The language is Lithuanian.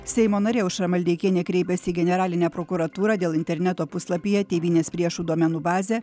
seimo narė aušra maldeikienė kreipėsi į generalinę prokuratūrą dėl interneto puslapyje tėvynės priešų duomenų bazė